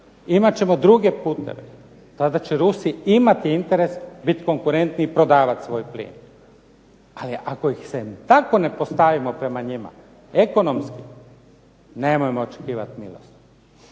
imat ćemo druge puteve, tada će Rusi imati interes bit konkurentniji i prodavat svoj plin, ali ako ih se tako ne postavimo prema njima ekonomski, nemojmo očekivati milost.